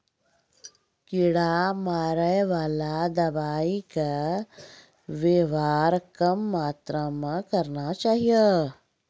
कीड़ा मारैवाला दवाइ के वेवहार कम मात्रा मे करना चाहियो